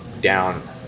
down